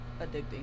addicting